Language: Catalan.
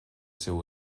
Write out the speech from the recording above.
seu